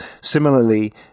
similarly